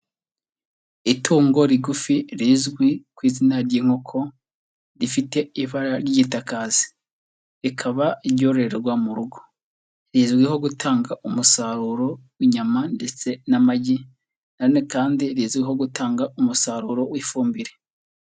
Itungo rigufi rizwi ku izina ry'inkoko rifite ibara ry'itakasi, rikaba ryororerwa mu rugo, rizwiho gutanga umusaruro w'inyama ndetse n'amagi, na none kandi rizwiho gutanga umusaruro w'ifumbire.